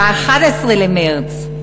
ב-11 במרס,